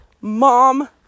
Mom